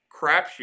crapshoot